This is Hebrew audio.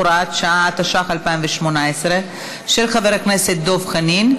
הופכת להיות להצעה לסדר-היום ועוברת לוועדת הכלכלה להמשך הדיון.